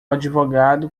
advogado